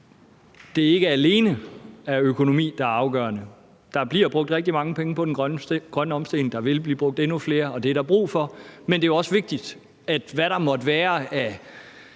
at det ikke alene er økonomi, der er afgørende. Der bliver brugt rigtig mange penge på den grønne omstilling. Der vil blive brugt endnu flere, og det er der brug for, men det er jo også vigtigt, at hvad der måtte være af